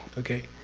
okay?